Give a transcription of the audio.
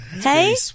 Hey